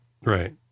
Right